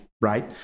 right